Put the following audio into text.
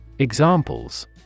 Examples